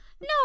No